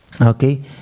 Okay